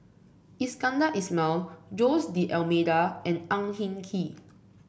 Iskandar Ismail Jose D Almeida and Ang Hin Kee